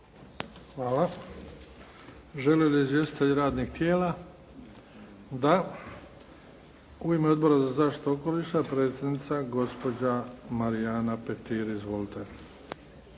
Hvala. Žele li izvjestitelji radnih tijela? Da. U ime Odbora za zaštitu okoliša predsjednica gospođa Marijana Petir. Izvolite.